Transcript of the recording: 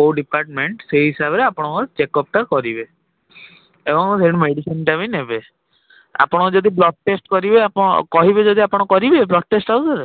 କେଉଁ ଡିପାର୍ଟମେଣ୍ଟ ସେହି ହିସାବରେ ଆପଣଙ୍କର ଚେକ୍ଅପ୍ଟା କରିବେ ଏବଂ ସେଇ ମେଡ଼ିସିନ୍ଟା ବି ନେବେ ଆପଣ ଯଦି ବ୍ଲଡ଼୍ ଟେଷ୍ଟ କରିବେ କହିବେ ଯଦି ଆପଣ କରିବେ ବ୍ଲଡ଼୍ ଟେଷ୍ଟ ଆଉ ଥରେ